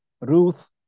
Ruth